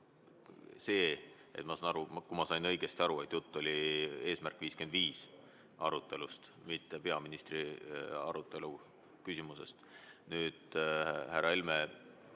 – kui ma sain õigesti aru –, et jutt oli "Eesmärk 55" arutelust, mitte peaministri arutelu küsimusest. Nüüd, härra Helme,